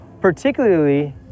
particularly